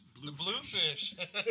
Bluefish